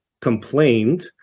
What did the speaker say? complained